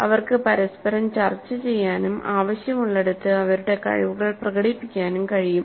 അവർക്ക് പരസ്പരം ചർച്ചചെയ്യാനും ആവശ്യമുള്ളിടത്ത് അവരുടെ കഴിവുകൾ പ്രകടിപ്പിക്കാനും കഴിയും